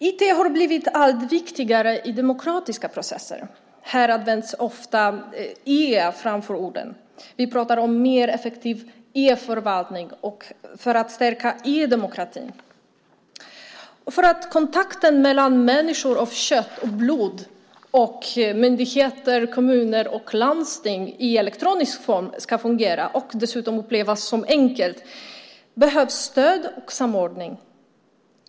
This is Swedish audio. IT har blivit allt viktigare i demokratiska processer. Då används ofta e framför orden. Vi talar om en mer effektiv e-förvaltning och om att stärka e-demokratin. För att kontakten mellan människor av kött och blod och myndigheter, kommuner och landsting ska fungera i elektronisk form, och dessutom upplevas som enkel, behövs stöd och samordning.